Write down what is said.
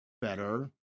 better